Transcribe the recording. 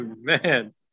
Man